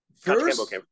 first